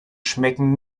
schmecken